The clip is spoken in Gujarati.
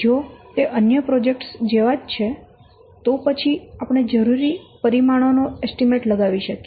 જો તે અન્ય પ્રોજેક્ટ જેવા જ છે તો પછી આપણે જરૂરી પરિમાણો નો એસ્ટીમેટ લગાવી શકીએ